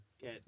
get